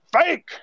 Fake